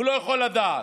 הוא לא יכול לדעת.